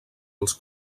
als